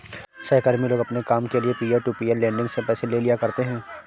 सहकर्मी लोग अपने काम के लिये पीयर टू पीयर लेंडिंग से पैसे ले लिया करते है